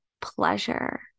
pleasure